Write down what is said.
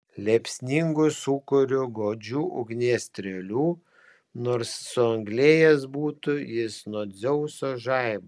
liepsningu sūkuriu godžių ugnies strėlių nors suanglėjęs būtų jis nuo dzeuso žaibo